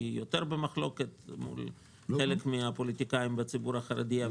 שהיא יותר במחלוקת מול חלק מן הפוליטיקאים בציבור החרדי.